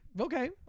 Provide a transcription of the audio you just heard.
Okay